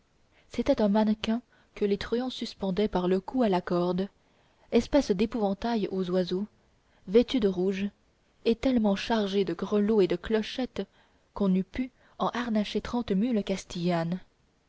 c'était un mannequin que les truands suspendaient par le cou à la corde espèce d'épouvantail aux oiseaux vêtu de rouge et tellement chargé de grelots et de clochettes qu'on eût pu en harnacher trente mules castillanes